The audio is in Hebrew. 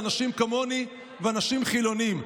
אנשים כמוני ואנשים חילונים,